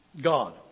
God